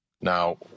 Now